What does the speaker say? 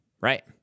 right